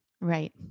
right